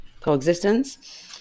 coexistence